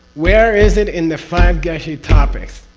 where is it in the five geshe topics?